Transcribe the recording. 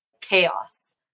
chaos